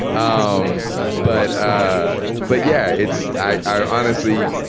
um but ah but yeah, it's i honestly,